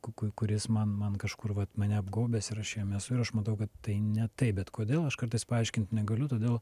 kukui kuris man man kažkur vat mane apgaubęs ir aš jame esu ir aš matau kad tai ne tai bet kodėl aš kartais paaiškint negaliu todėl